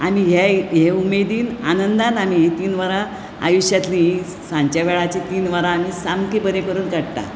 आनी हें हें उमेदीन आनंदान आमी ही तीन वरां आयु श्यांतलीं ही सानच्या वेळाची तीन वरां आमी सामकीं बरीं करून काडटा